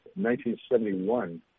1971